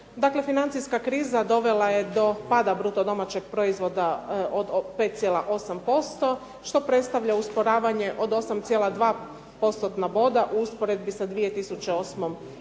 financijska kriza dovela je do pada bruto domaćeg proizvoda od 5,8% što predstavlja usporavanje od 8,2%-tna boda u usporedbi sa 2008. godinom.